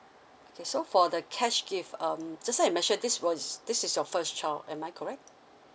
okay so for the cash gift um just now you mentioned this was this is your first child am I correct